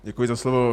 Děkuji za slovo.